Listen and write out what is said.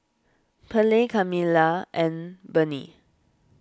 Perley Camilla and Bernie